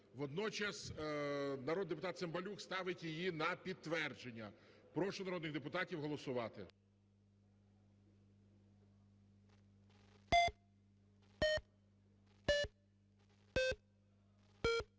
Водночас, народний депутат Цимбалюк ставить її на підтвердження. Прошу народних депутатів голосувати.